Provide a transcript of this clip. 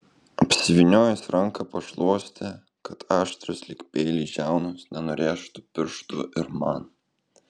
apsivyniojus ranką pašluoste kad aštrios lyg peiliai žiaunos nenurėžtų pirštų ir man